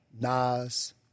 Nas